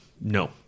no